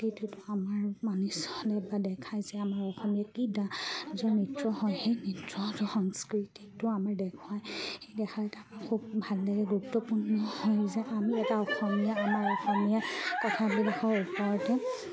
টো আমাৰ মানি চলে বা দেখা যায় আমাৰ অসমীয়াকেইটা য'ত নৃত্য হয় সেই নৃত্য সংস্কৃতিটো আমাৰ দেখুৱায় সেই দেখাই তাৰ খুব ভাল লাগে গুৰুত্বপূৰ্ণ হৈ যায় আমি এটা অসমীয়া আমাৰ অসমীয়া কথা বিষয়ৰ ওপৰতে